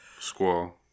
squall